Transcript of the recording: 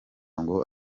ngo